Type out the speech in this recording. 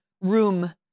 room